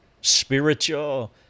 spiritual